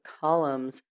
columns